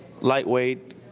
lightweight